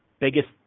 biggest